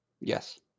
Yes